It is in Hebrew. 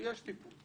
כי יש טיפול.